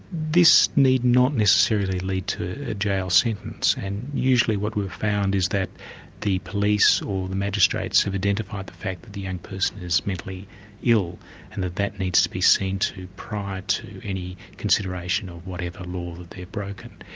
this need not necessarily lead to a jail sentence, and usually what we've found is that the police or the magistrates have identified the fact that the young person is mentally ill and that that needs to be seen to prior to any consideration of whatever law that they've broken.